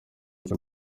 cy’u